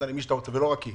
זאת לא רק היא